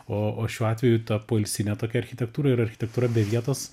o o šiuo atveju ta poilsinė tokia architektūra ir architektūra be vietos